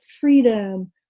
freedom